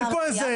השמות הארצי.